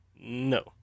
No